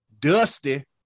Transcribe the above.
Dusty